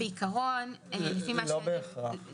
לא בהכרח.